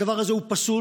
הדבר הזה הוא פסול.